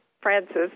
Francis